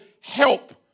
help